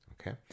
okay